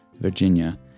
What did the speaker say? Virginia